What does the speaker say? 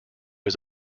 was